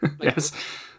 Yes